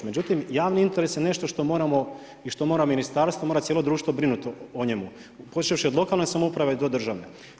Međutim javi interes je nešto što moramo i što mora ministarstvo, mora cijelo društvo brinuti o njemu počevši od lokalne samouprave do državne.